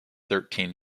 thirteen